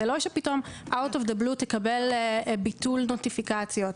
זה לא שפתאום out of the blue תקבל ביטול נוטיפיקציות.